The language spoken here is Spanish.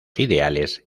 ideales